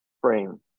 frame